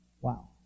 Wow